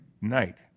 night